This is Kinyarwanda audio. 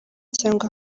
cyangwa